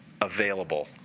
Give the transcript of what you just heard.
available